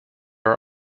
are